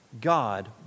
God